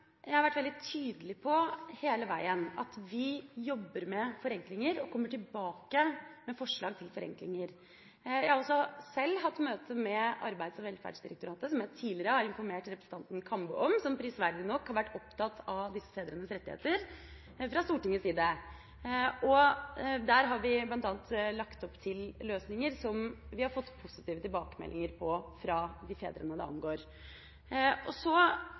Jeg har hele veien vært veldig tydelig på at vi jobber med forenklinger og kommer tilbake med forslag til forenklinger. Jeg har også selv hatt møte med Arbeids- og velferdsdirektoratet, som jeg tidligere har informert representanten Kambe om, som prisverdig nok fra Stortingets talerstol har vært opptatt av disse fedrenes rettigheter. Der har vi bl.a. lagt opp til løsninger som vi har fått positive tilbakemeldinger på fra de fedrene det angår. Så